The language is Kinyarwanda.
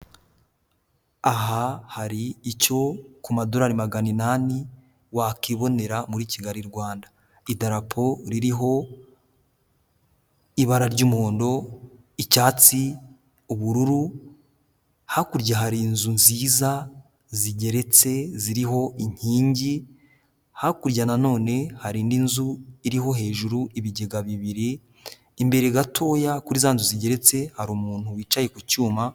Aha hari icyo ku madorari maganinani wakwibonera muri kigali Rwanda. Idarapo ririho ibara ry'umuhondo, icyatsi, ubururu, hakurya hari inzu nziza zigeretse ziriho inkingi, hakurya nanone hari n'inzu iriho hejuru ibigega bibiri, imbere gatoya kuri izo nzu zigeretse hari umuntu wicaye ku cyuma.